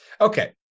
okay